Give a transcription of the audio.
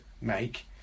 make